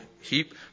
heap